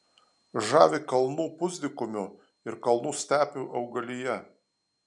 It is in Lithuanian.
žavi kalnų pusdykumių ir kalnų stepių augalija